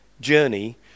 journey